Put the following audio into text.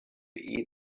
eat